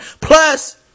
Plus